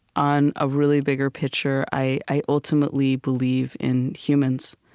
on a really bigger picture, i i ultimately believe in humans.